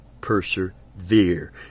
persevere